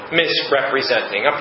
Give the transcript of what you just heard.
misrepresenting